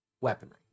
weaponry